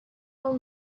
old